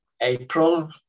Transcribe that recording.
April